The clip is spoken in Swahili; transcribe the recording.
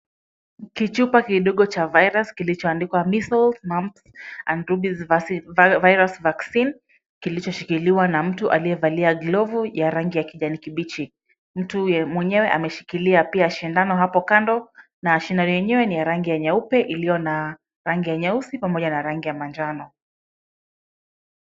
Kichupa kidogo cha virus kilichoandikwa measles mumps and rubies virus vaccine, kilichoshikiliwa na mtu aliyevalia glovu ya rangi ya kijani kibichi. Mtu mwenyewe ameshikilia pia shindano hapo kando na shindano yenyewe ni ya rangi ya nyeupe iliyo na rangi ya nyeusi pamoja na rangi ya manjano.